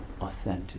authentic